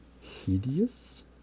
Hideous